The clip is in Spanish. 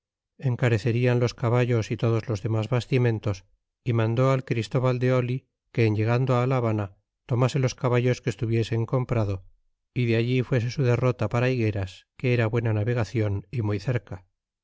enearecerian los caballos y todos los demas bastimentos y mandó al christobal de oh que en llegando la habana tomase los caballos que estuviesen comprado y de allí fuese su derrota para higueras que era buena navegacion y muy cerca